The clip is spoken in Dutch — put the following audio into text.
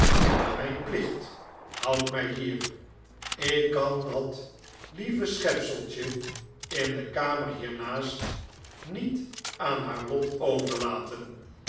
maar mijn plicht houdt mij hier ik kan dat lieve schepseltje in de kamer hiernaast niet aan haar lot overlaten